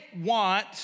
want